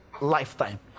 lifetime